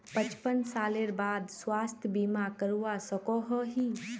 पचपन सालेर बाद स्वास्थ्य बीमा करवा सकोहो ही?